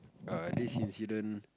err this incident